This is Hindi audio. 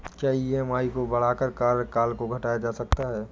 क्या ई.एम.आई को बढ़ाकर कार्यकाल को घटाया जा सकता है?